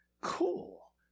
cool